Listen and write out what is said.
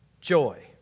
joy